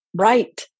right